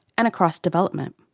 and across development.